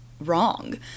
wrong